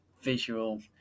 visual